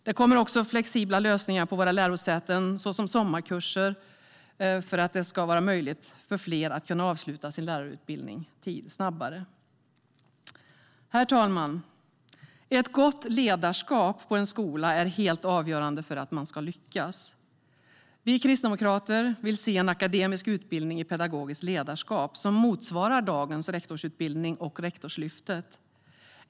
Det behövs också flexibla lösningar på våra lärosäten såsom sommarkurser för att det ska vara möjligt för fler att avsluta sin lärarutbildning snabbare. Herr talman! Ett gott ledarskap på en skola är helt avgörande för att man ska lyckas. Vi kristdemokrater vill se en akademisk utbildning i pedagogiskt ledarskap som motsvarar dagens rektorsutbildning och Rektorslyftet.